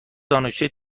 دانشجوی